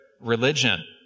religion